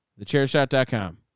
TheChairShot.com